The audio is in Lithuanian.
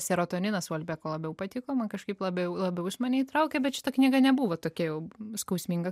serotoninas uolbeko labiau patiko man kažkaip labiau labiau išmaniai traukė bet šita knyga nebuvo tokia jau skausminga